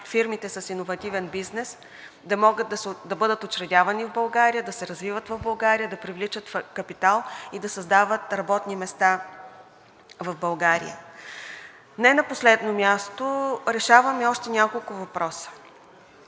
фирмите с иновативен бизнес да бъдат учредявани в България, да се развиват в България, да привличат капитал и да създават работни места в България. Не на последно място, решаваме и още няколко въпроса.